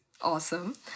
awesome